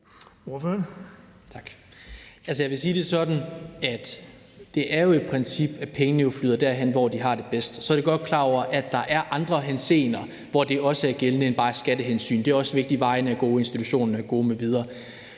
Jeg vil sige det sådan, at det jo er et princip, at pengene flyder derhen, hvor de har det bedst. Så er jeg godt klar over, at der er andre henseender, hvor det også er gældende, end bare med hensyn til skat. Det er også vigtigt, at vejene er gode og institutionerne er gode m.v.